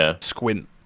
squint